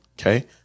okay